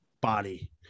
body